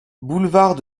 boulevard